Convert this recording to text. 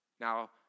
Now